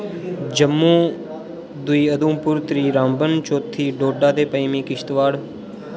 जम्मू दुई उधमपुर त्री रामबन चौथी डोडा ते पंजमी किश्तवाड़